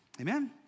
Amen